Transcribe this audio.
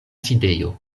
sidejo